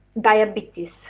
diabetes